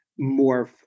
morph